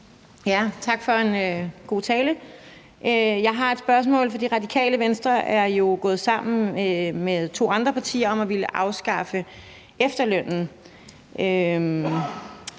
Tak for en god tale. Jeg har et spørgsmål, for Radikale Venstre er jo gået sammen med to andre partier om at ville afskaffe efterlønnen.